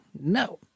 no